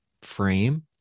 frame